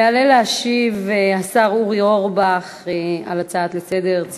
יעלה השר אורי אורבך להשיב על ההצעות לסדר-היום: